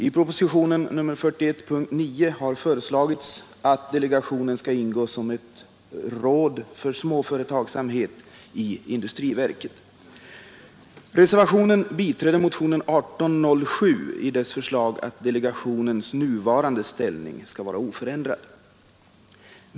I propositionen nr 41 p. 9 har föreslagits att delegationen skall ingå som ett råd för småföretagsamhet i industriverket. Reservationen biträder motionen 1807 i dess förslag att delegationens nuvarande ställning skall vara oförändrad.